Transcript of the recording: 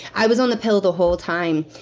i was on the pill the whole time.